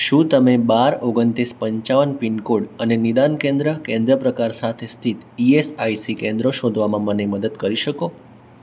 શું તમે બાર ઓગણત્રીસ પંચાવન પિનકોડ અને નિદાન કેન્દ્ર કેન્દ્ર પ્રકાર સાથે સ્થિત ઇ એસ આઇ સી કેન્દ્રો શોધવામાં મને મદદ કરી શકો